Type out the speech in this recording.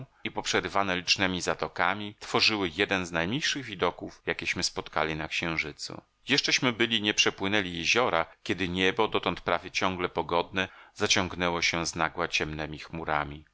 i poprzerywane licznemi zatokami tworzyły jeden z najmilszych widoków jakieśmy spotkali na księżycu jeszcześmy byli nie przepłynęli jeziora kiedy niebo dotąd prawie ciągle pogodne zaciągnęło się z nagła ciemnemi chmurami